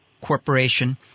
Corporation